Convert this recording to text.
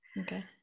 Okay